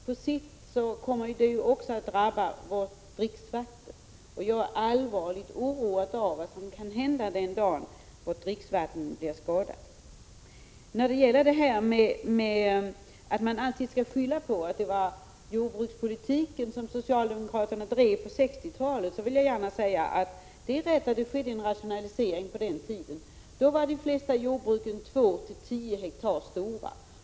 På sikt kommer också vårt dricksvatten att drabbas. Jag är allvarligt oroad av vad som kan hända den dag dricksvattnet blir skadat. Eftersom man alltid skyller på den jordbrukspolitik som socialdemokraterna drev på 1960-talet, vill jag gärna säga att det är rätt att det skedde en rationalisering på den tiden. Då var de flesta jordbruken 2—10 hektar stora.